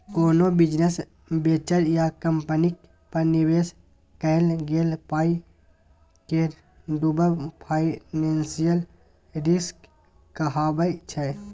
कोनो business venture या कंपनीक पर निबेश कएल गेल पाइ केर डुबब फाइनेंशियल रिस्क कहाबै छै